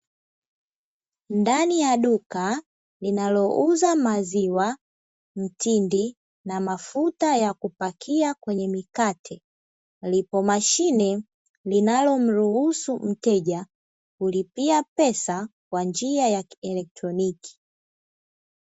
Ndani ya duka linalouza maziwa mtindi na mafuta ya kupakia kwenye mikate, ipo mashine linalo mruhusu mteja kulipia pesa kwa njia ya kieletroniki.